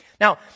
Now